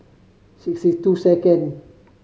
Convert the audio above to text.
sixty two second